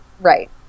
Right